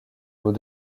hauts